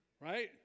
right